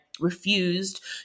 refused